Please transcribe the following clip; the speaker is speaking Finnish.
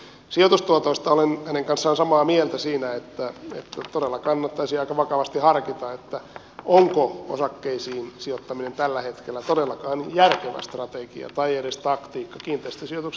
sijoitustuotoista olen hänen kanssaan samaa mieltä siinä että todella kannattaisi aika vakavasti harkita onko osakkeisiin sijoittaminen tällä hetkellä todellakaan järkevä strategia tai edes taktiikka